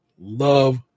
love